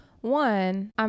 One